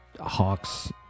Hawks